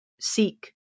seek